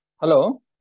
Hello